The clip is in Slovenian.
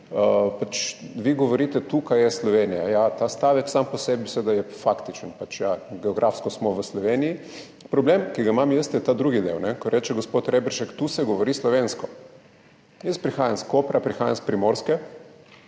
Vi govorite, tukaj je Slovenija, ja, ta stavek je sam po sebi seveda faktičen, ja, geografsko smo v Sloveniji. Problem, ki ga imam jaz, je ta drugi del, ko reče gospod Reberšek, tu se govori slovensko. Jaz prihajam iz Kopra, prihajam s Primorske,